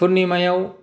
फुरनिमायाव